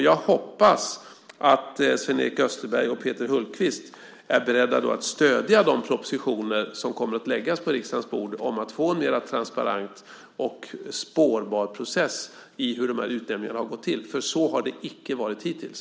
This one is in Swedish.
Jag hoppas att Sven-Erik Österberg och Peter Hultqvist är beredda att stödja de propositioner som kommer att läggas på riksdagens bord om att få en mer transparent och spårbar process i hur utnämningar har gått till, för så har det inte varit hittills.